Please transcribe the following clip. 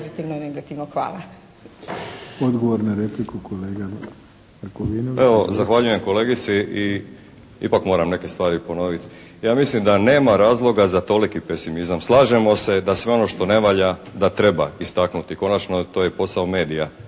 kolega Markovinović. **Markovinović, Krunoslav (HDZ)** Evo zahvaljujem kolegici i ipak moram neke stvari ponoviti. Ja mislim da nema razloga za toliki pesimizam. Slažemo se da sve ono što ne valja da treba istaknuti. Konačno, to je posao medija